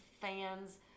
fans